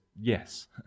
yes